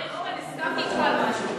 וואי, אורן, הסכמתי אתך על משהו.